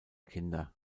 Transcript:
kinder